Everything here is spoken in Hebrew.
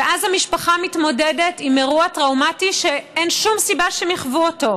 ואז המשפחה מתמודדת עם אירוע טראומטי שאין שום סיבה שהם יחוו אותו.